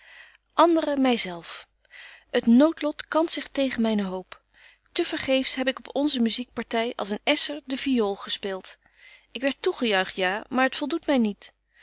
my zelf het noodlot kant zich tegen myne hoop te vergeefsch heb ik op onze muziek party als een esscher de fiool gespeelt ik werd toegejuicht ja maar t voldoet my niet